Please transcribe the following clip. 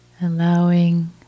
Allowing